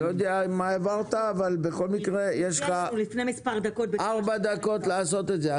אני לא יודע מה העברת אבל בכל מקרה יש לך ארבע דקות לעשות את זה.